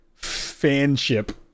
fanship